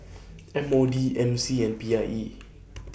M O D M C and P I E